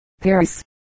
Paris